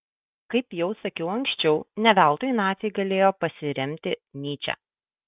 kaip jau sakiau anksčiau ne veltui naciai galėjo pasiremti nyče